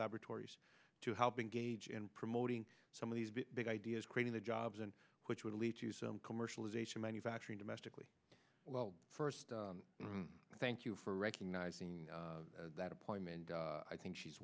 laboratories to help in gauge in promoting some of these big ideas creating the jobs and which would lead to some commercialization manufacturing domestically well first thank you for recognizing that appointment i think she's